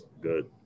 good